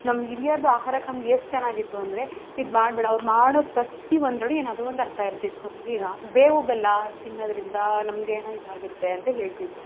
ನಮ್ಮ ಹಿರಿಯರದು ಆಹಾರ ಕ್ರಮ ಎಷ್ಟು ಚೆನ್ನಾಗಿತ್ತು ಅಂದರೆ ಇದು ಮಾಡಬೇಡ ಅವ್ರು ಮಾಡೋ ಪ್ರತಿ ಒಂದರಲ್ಲು ಏನಾದರು ಒಂದು ಅರ್ಥ ಇರ್ತಿತ್ತು ಈಗ ಬೇವು ಬೆಲ್ಲ ತಿನ್ನೋದ್ರಿಂದ ನಮಗೆ ಇದು ಆಗುತ್ತೆ ಅಂತ ಹೇಳ್ತಿದ್ದರು